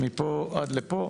מפה עד לפה.